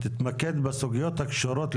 תתמקד בהן.